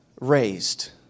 raised